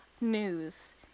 news